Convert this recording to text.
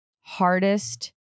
hardest